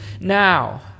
now